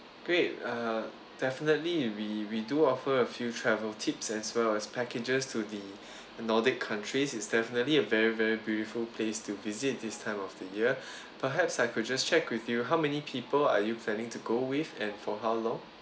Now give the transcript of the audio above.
great uh definitely we we do offer a few travel tips as well as packages to the nordic countries it's definitely a very very beautiful place to visit this time of the year perhaps I could just check with you how many people are you planning to go with and for how long